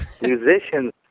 Musicians